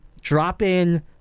drop-in